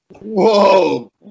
Whoa